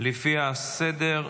לפי הסדר,